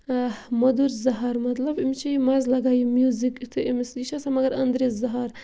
موٚدُر زَہَر مَطلب أمِس چھُ یہِ مَزٕ لَگان یہِ میوٗزِک یِتھُے أمِس یہِ چھُ آسان مَگر أنٛدرِ زَہَر